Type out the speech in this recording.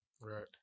Right